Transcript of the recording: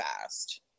fast